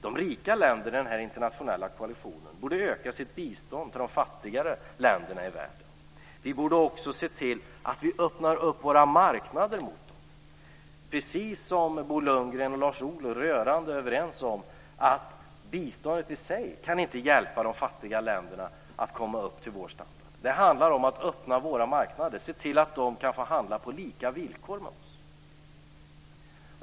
De rika länderna i den internationella koalitionen borde öka sitt bistånd till de fattigare länderna i världen. Vi borde också se till att vi öppnar upp våra marknader mot dem. Precis som Bo Lundgren och Lars Ohly var rörande överens om kan biståndet i sig inte hjälpa de fattiga länderna att komma upp till vår standard. Det handlar om att öppna våra marknader och se till att de kan handla med oss på lika villkor.